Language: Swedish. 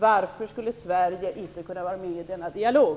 Varför skulle inte Sverige kunna vara med i denna dialog?